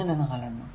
അങ്ങനെ 4 എണ്ണം